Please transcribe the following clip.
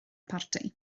parti